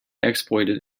exploited